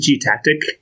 tactic